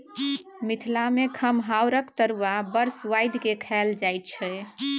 मिथिला मे खमहाउरक तरुआ बड़ सुआदि केँ खाएल जाइ छै